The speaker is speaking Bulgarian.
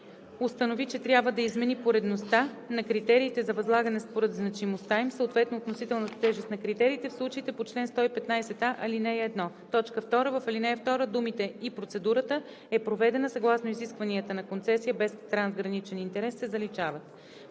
установи, че трябва да измени поредността на критериите за възлагане според значимостта им, съответно относителната тежест на критериите – в случаите по чл. 115а, ал. 1.“ 2. В ал. 2 думите „и процедурата е проведена съгласно изискванията на концесия без трансграничен интерес“ се заличават.“